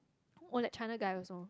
oh that China guy also